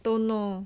don't know